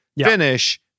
finish